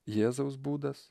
jėzaus būdas